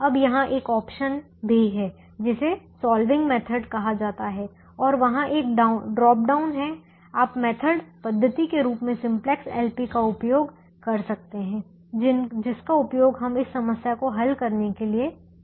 अब यहां एक ऑप्शन भी हैजिसे सॉल्विंग मेथड कहा जाता है और वहाँ एक ड्रॉपडाउन है आप मेथड पद्धति के रूप में सिम्प्लेक्स एलपी का उपयोग कर सकते हैं जिसका उपयोग हम इस समस्या को हल करने के लिए करने जा रहे हैं